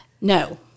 No